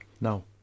No